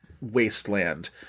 wasteland